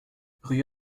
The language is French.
rue